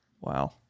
wow